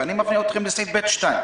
ואני מפנה אתכם לסעיף (ב2)):